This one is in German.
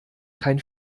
kein